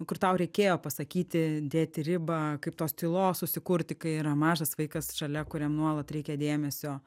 kur tau reikėjo pasakyti dėti ribą kaip tos tylos susikurti kai yra mažas vaikas šalia kuriam nuolat reikia dėmesio